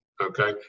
Okay